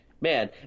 man